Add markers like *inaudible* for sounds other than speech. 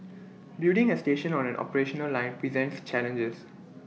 *noise* building A station on an operational line presents challenges *noise*